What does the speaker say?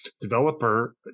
developer